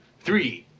three